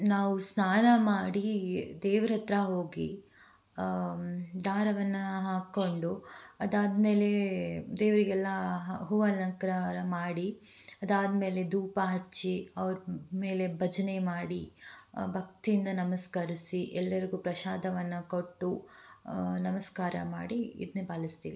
ನಾವು ಸ್ನಾನ ಮಾಡಿ ದೇವ್ರ ಹತ್ರ ಹೋಗಿ ದಾರವನ್ನು ಹಾಕ್ಕೊಂಡು ಅದಾದಮೇಲೆ ದೇವರಿಗೆಲ್ಲಾ ಆ ಹೂವು ಅಲಂಕಾರ ಮಾಡಿ ಅದಾದಮೇಲೆ ಧೂಪ ಹಚ್ಚಿ ಅವ್ರ ಮೇಲೆ ಭಜನೆ ಮಾಡಿ ಭಕ್ತಿಯಿಂದ ನಮಸ್ಕರಿಸಿ ಎಲ್ಲರಿಗೂ ಪ್ರಸಾದವನ್ನ ಕೊಟ್ಟು ನಮಸ್ಕಾರ ಮಾಡಿ ಇದನ್ನೇ ಪಾಲಿಸ್ತೀವಿ